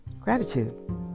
gratitude